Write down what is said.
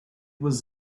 was